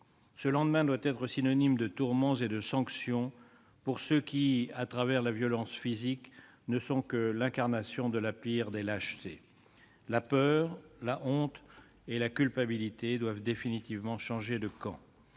Ce lendemain doit être synonyme de tourments et de sanctions pour ceux qui, à travers la violence physique, ne sont que l'incarnation de la pire des lâchetés. La peur, la honte et la culpabilité doivent définitivement changer de camp.